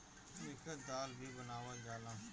एकर दाल भी बनावल जाला